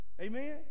Amen